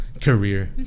career